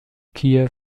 kiew